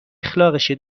اخلاقشه